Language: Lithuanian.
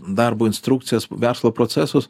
darbo instrukcijas verslo procesus